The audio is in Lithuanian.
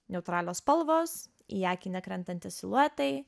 neutralios spalvos į akį nekrentantys siluetai